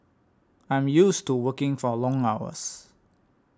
I'm used to working for long hours